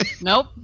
Nope